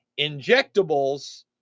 injectables